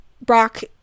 Brock